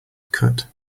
cut